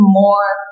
more